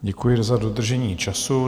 Děkuji za dodržení času.